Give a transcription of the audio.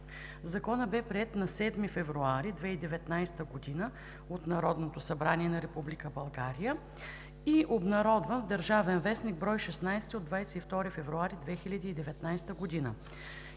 Законът бе приет на 7 февруари 2019 г. от Народното събрание на Република България и обнародван в „Държавен вестник“, бр. 16 от 22 февруари 2019 г.